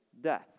Death